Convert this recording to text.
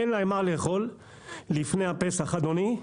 אין להם מה לאכול לפני הפסח אדוני,